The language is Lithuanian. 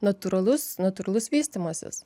natūralus natūralus vystymasis